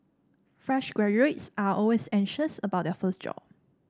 fresh graduates are always anxious about their first job